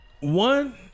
One